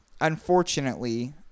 unfortunately